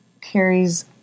carries